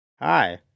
Hi